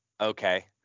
Okay